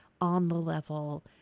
on-the-level